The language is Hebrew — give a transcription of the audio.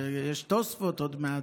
יש תוספות עוד מעט.